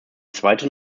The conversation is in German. zweite